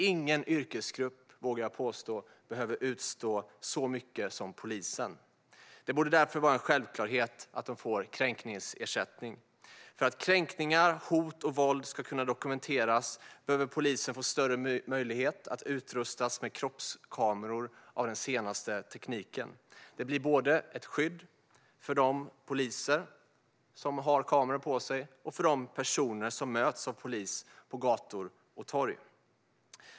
Ingen yrkesgrupp, vågar jag påstå, behöver utstå så mycket som polisen. Det borde därför vara en självklarhet att de får kränkningsersättning. För att kränkningar, hot och våld ska kunna dokumenteras behöver polisen få större möjlighet att utrustas med kroppskameror av den senaste tekniken. Det blir ett skydd både för de poliser som har kameror på sig och för de personer som möts av polis på gator och torg.